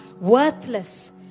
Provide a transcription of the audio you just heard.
worthless